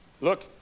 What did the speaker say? Look